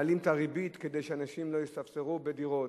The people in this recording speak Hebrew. מעלים את הריבית כדי שאנשים לא יספסרו בדירות.